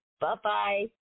Bye-bye